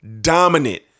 dominant